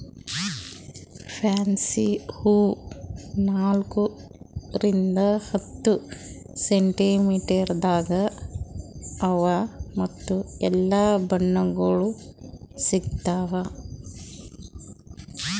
fancy ಹೂವು ನಾಲ್ಕು ರಿಂದ್ ಹತ್ತು ಸೆಂಟಿಮೀಟರದಾಗ್ ಅವಾ ಮತ್ತ ಎಲ್ಲಾ ಬಣ್ಣಗೊಳ್ದಾಗ್ ಸಿಗತಾವ್